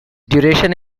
duration